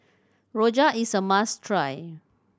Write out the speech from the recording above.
rojak is a must try